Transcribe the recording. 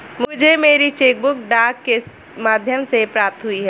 मुझे मेरी cheque book डाक के माध्यम से प्राप्त हुई है